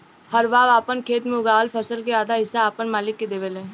हरवाह आपन खेत मे उगावल फसल के आधा हिस्सा आपन मालिक के देवेले